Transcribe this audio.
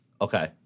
Okay